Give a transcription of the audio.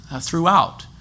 throughout